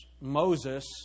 Moses